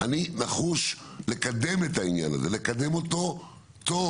אני נחוש לקדם את העניין הזה, לקדם אותו טוב,